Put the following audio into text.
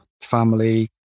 family